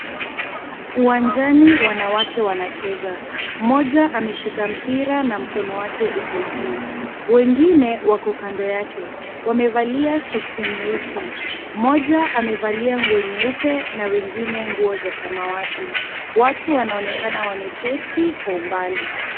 Uwanjani, wanawake wanacheza, mmoja ameshika mpira na mkono wake uko juu. Wengine wako kando yake wamevalia soksi nyeusi. mmoja amevalia nguo nyeupe na wengine za nguo za samawati. Watu wanaonekana wameketi kwa umbali.